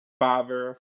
father